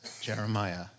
Jeremiah